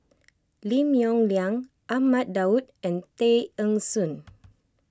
Lim Yong Liang Ahmad Daud and Tay Eng Soon